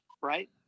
right